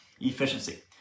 efficiency